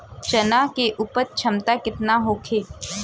चना के उपज क्षमता केतना होखे?